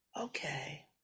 Okay